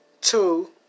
two